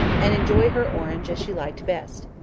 and enjoy her orange as she liked best.